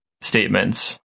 statements